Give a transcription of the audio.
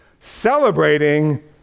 celebrating